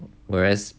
whereas